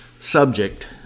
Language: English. subject